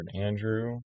Andrew